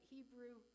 Hebrew